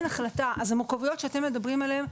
אז המורכבויות שאתם מדברים עליהן,